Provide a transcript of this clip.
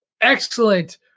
excellent